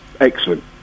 excellent